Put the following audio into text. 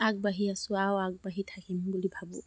আগবাঢ়ি আছোঁ আৰু আগবাঢ়ি থাকিম বুলি ভাবোঁ